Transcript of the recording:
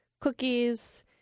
cookies